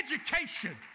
education